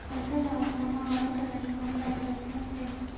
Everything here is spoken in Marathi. अर्थव्यवस्था मा वाढ करानं काम बॅकासनं से